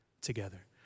together